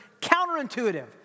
counterintuitive